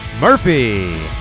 murphy